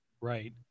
right